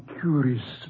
curious